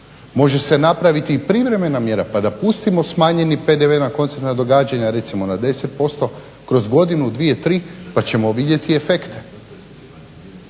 Može se napraviti i privremena mjera pa da pustimo smanjeni PDV na koncertna događanja recimo na 10% kroz godinu, dvije, tri pa ćemo vidjeti efekte.